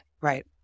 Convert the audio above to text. Right